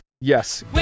yes